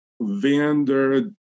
Vander